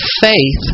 faith